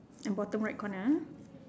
bottom right corner ah